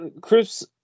Chris